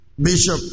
Bishop